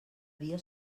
dia